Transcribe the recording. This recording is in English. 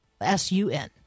S-U-N